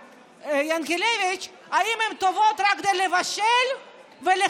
והשרה ינקלביץ' אם הן טובות רק כדי לבשל ולכבס,